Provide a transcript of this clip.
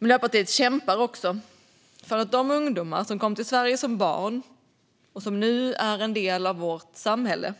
Miljöpartiet kämpar också för de ungdomar som kom till Sverige som barn och som nu är en del av vårt samhälle.